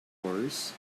horse